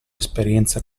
esperienza